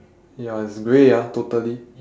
ya it's grey ah totally